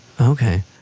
Okay